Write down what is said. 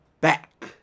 back